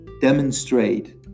demonstrate